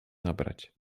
nabrać